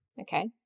Okay